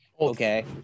Okay